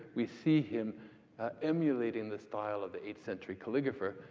we see him emulating the style of the eighth-century calligrapher.